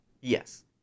Yes